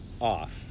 off